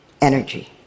energy